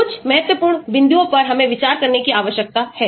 कुछ महत्वपूर्ण बिंदुओं पर हमें विचार करने की आवश्यकता है